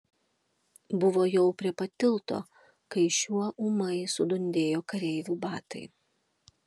buvo jau prie pat tilto kai šiuo ūmai sudundėjo kareivių batai